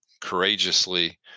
courageously